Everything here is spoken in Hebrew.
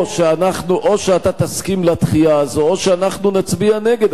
או שאתה תסכים לדחייה הזו או שאנחנו נצביע נגד.